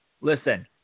listen